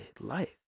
life